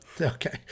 Okay